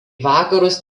vakarus